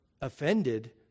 offended